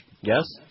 Yes